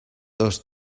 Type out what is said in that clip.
dos